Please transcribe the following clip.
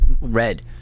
red